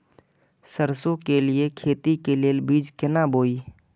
सरसों के लिए खेती के लेल बीज केना बोई?